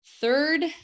Third